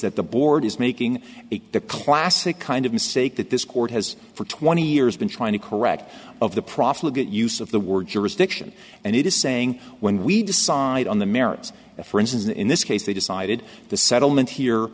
that the board is making it the classic kind of mistake that this court has for twenty years been trying to correct of the prophet use of the word jurisdiction and it is saying when we decide on the merits of for instance in this case they decided the settlement here